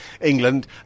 England